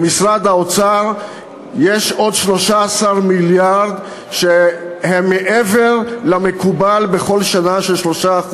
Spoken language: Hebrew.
במשרד האוצר יש עוד 13 מיליארד מעבר למקובל בכל שנה של 3%,